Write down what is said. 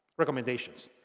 recommendations.